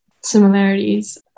similarities